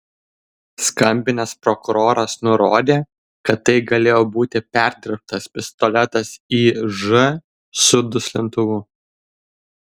skambinęs prokuroras nurodė kad tai galėjo būti perdirbtas pistoletas iž su duslintuvu